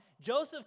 Joseph